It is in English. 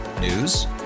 News